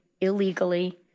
illegally